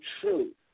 true